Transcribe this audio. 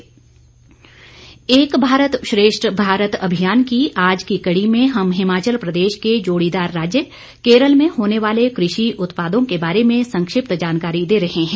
एक भारत श्रेष्ठ भारत एक भारत श्रेष्ठ भारत अभियान की आज की कड़ी में हम हिमाचल प्रदेश के जोड़ीदार राज्य केरल में होने वाले कृषि उत्पादों के बारे में संक्षिप्त जानकारी दे रहे हैं